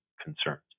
concerns